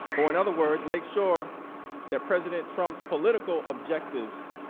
or in other words make sure that president trump's political objectives